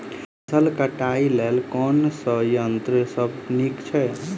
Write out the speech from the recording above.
फसल कटाई लेल केँ संयंत्र सब नीक छै?